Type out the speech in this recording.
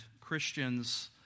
Christians